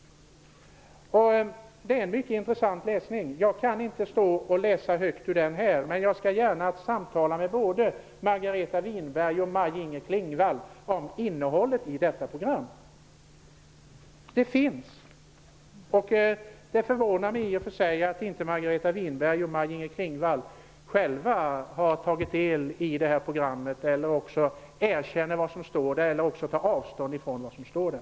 Det är en mycket intressant läsning. Jag kan inte läsa högt ur det här, men jag skall gärna samtala med både Margareta Winberg och Maj-Inger Klingvall om innehållet i detta program. Programmet finns. Det förvånar mig i och för sig att Margreta Winberg och Maj-Inger Klingvall inte själva har tagit del av detta program och erkänner eller tar avstånd ifrån det som står där.